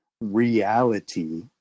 reality